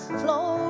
flow